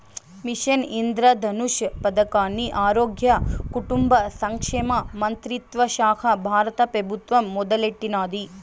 machine Indradhanush పదకాన్ని ఆరోగ్య, కుటుంబ సంక్షేమ మంత్రిత్వశాక బారత పెబుత్వం మొదలెట్టినాది